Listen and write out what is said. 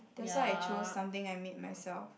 that's why I chose something I made myself